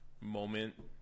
moment